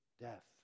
death